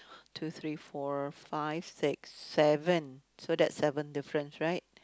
two three four five six seven so that's seven difference right